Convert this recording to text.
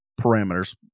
parameters